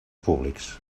públics